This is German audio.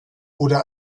oder